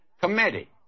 committee